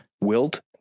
Wilt